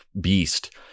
beast